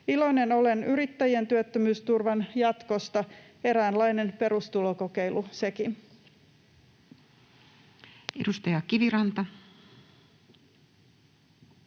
Iloinen olen yrittäjien työttömyysturvan jatkosta — eräänlainen perustulokokeilu sekin. [Speech 142]